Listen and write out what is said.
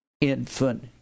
infant